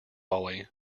lolly